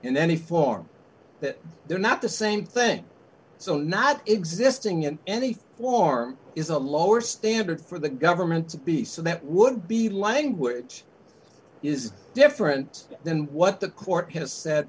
in any form that they're not the same thing so not existing in any form is a lower standard for the government to be so that would be language it is different than what the court